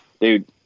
dude